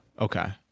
Okay